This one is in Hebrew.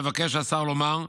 מבקש השר לומר,